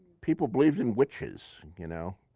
people believed in witches, you know.